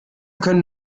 können